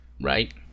right